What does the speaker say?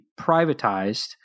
privatized